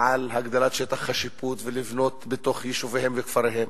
על הגדלת שטח השיפוט ולבנות בתוך יישוביהם וכפריהם.